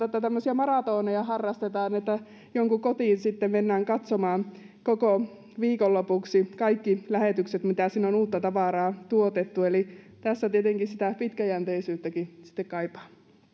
tällaisia maratoneja harrastetaan että jonkun kotiin sitten mennään katsomaan koko viikonlopuksi kaikki lähetykset mitä sinne on uutta tavaraa tuotettu eli tässä tietenkin sitä pitkäjänteisyyttäkin sitten kaipaa